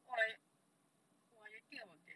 !wah! eh !wah! I didn't of that